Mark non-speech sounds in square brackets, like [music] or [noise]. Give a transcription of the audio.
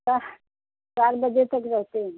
[unintelligible] चार बजे तक रहते हैं